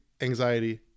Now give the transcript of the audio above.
anxiety